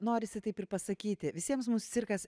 norisi taip ir pasakyti visiems mums cirkas